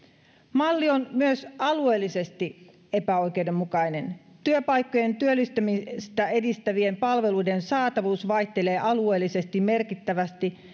malli on myös alueellisesti epäoikeudenmukainen työpaikkojen ja työllistymistä edistävien palveluiden saatavuus vaihtelee alueellisesti merkittävästi